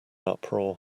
uproar